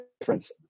difference